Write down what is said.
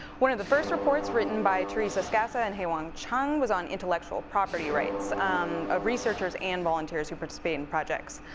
one of the first reports written by teresa scassa and haewon chung, was on intellectual property rights um of researchers and volunteers who participate in projects.